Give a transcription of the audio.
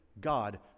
God